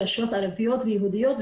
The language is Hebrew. רשויות ערביות ויהודיות.